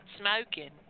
smoking